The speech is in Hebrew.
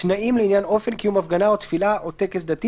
תנאים לעניין אופן קיום הפגנה או תפילה או טקס דתי